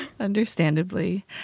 Understandably